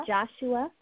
Joshua